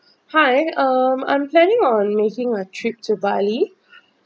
hi um I'm planning on making a trip to bali